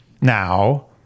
now